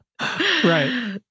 right